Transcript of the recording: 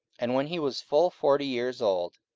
and when he was full forty years old,